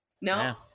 no